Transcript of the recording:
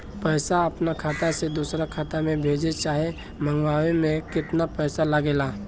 पैसा अपना खाता से दोसरा खाता मे भेजे चाहे मंगवावे में केतना पैसा लागेला?